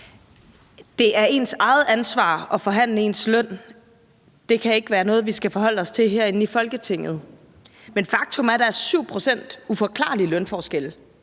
Det er ens eget ansvar at forhandle ens løn, og det kan ikke være noget, vi skal forholde os til herinde i Folketinget. Men faktum er, at der er en uforklarlig lønforskel